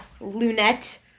lunette